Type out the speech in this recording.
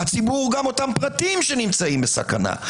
הציבור הוא גם אותם פרטים שנמצאים בסכנה.